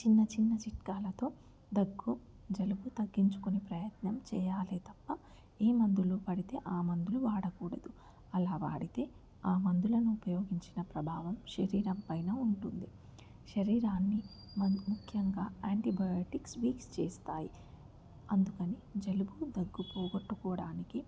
చిన్న చిన్న చిట్కాలతో దగ్గు జలుబు తగ్గించుకొని ప్రయత్నం చేయాలి తప్ప ఏ మందులు పడితే ఆ మందులు వాడకూడదు అలా వాడితే ఆ మందులను ఉపయోగించిన ప్రభావం శరీరం పైన ఉంటుంది శరీరాన్ని మరి ముఖ్యంగా యాంటీబయాటిక్స్ వీక్ చేస్తాయి అందుకని జలుబు దగ్గు పోగొట్టుకోవడానికి